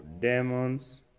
demons